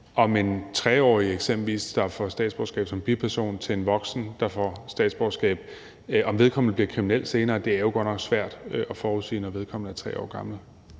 Om en 3-årig, eksempelvis, der får statsborgerskab som biperson til en voksen, der får statsborgerskab, bliver kriminel senere, er jo godt nok svært at forudsige, når vedkommende er 3 år gammel.